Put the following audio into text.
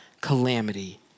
calamity